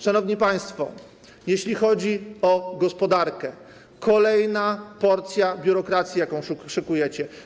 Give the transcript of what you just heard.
Szanowni państwo, jeśli chodzi o gospodarkę, kolejna porcja biurokracji, jaką szykujecie.